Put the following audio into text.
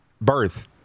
birth